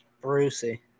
Brucey